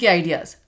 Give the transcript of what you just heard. ideas